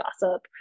gossip